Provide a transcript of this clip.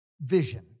vision